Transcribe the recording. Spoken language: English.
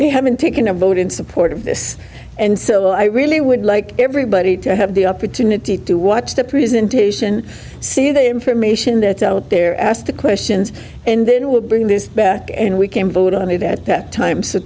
we haven't taken a vote in support of this and still i really would like everybody to have the opportunity to watch the presentation see the information that's out there ask the questions and then we'll bring this back and we came vote on it at that time so